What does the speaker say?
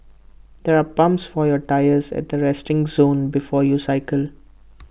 there are pumps for your tyres at the resting zone before you cycle